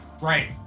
Right